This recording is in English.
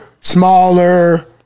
Smaller